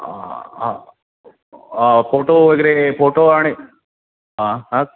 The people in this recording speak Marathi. हां हां